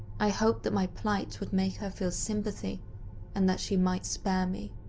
i hoped that my plight would make her feel sympathy and that she might spare me.